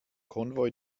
konvoi